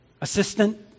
assistant